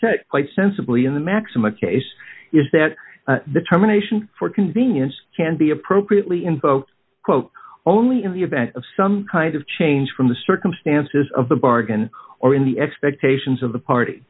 said quite sensibly in the maxima case is that determination for convenience can be appropriately invoked quote only in the event of some kind of change from the circumstances of the bargain or in the expectations of the party